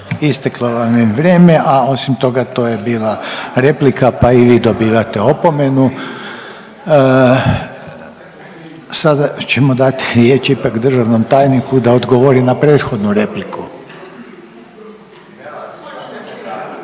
Isteklo vam je vrijeme, a osim toga, to je bila replika pa i vi dobivate opomenu. Sada ćemo dati riječ ipak državnom tajniku da odgovori na prethodnu repliku.